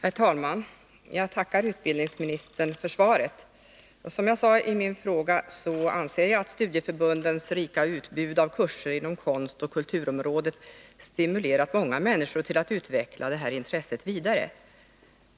Herr talman! Jag tackar utbildningsministern för svaret. Som jag sade i min fråga anser jag att studieförbundens rika utbud av kurser inom konstoch kulturområdet stimulerat många människor att utveckla det intresset vidare.